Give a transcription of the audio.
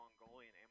Mongolian